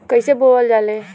कईसे बोवल जाले?